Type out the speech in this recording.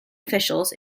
officials